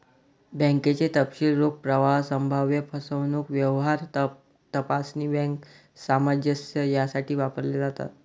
बँकेचे तपशील रोख प्रवाह, संभाव्य फसवणूक, व्यवहार तपासणी, बँक सामंजस्य यासाठी वापरले जातात